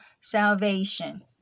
salvation